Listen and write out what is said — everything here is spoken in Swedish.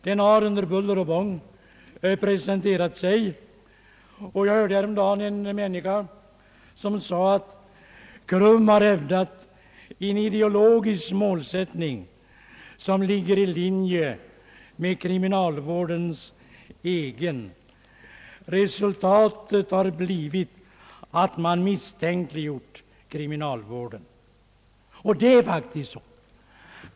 Den har under buller och bång presenterat sig, och jag hörde häromdagen en person som sade att KRUM hade hävdat en ideologisk målsättning som ligger i linje med kriminalvårdens egen. Resultatet har blivit att man misstänkliggjort kriminalvården. Det är faktiskt så.